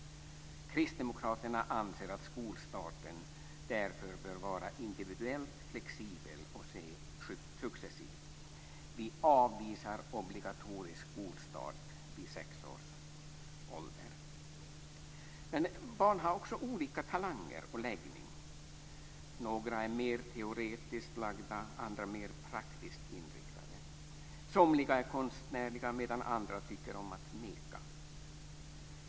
Kristdemokraterna anser att skolstarten därför bör vara individuellt flexibel och ske successivt. Vi avvisar obligatorisk skolstart vid sex års ålder. Barn har också olika talanger och läggning. Några är mer teoretiskt lagda, andra mer praktiskt inriktade. Somliga är konstnärliga medan andra tycker om att meka.